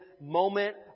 moment